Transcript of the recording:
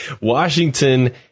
Washington